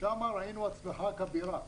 שם ראינו הצלחה כבירה,